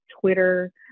Twitter